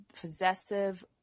possessive